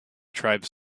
tribes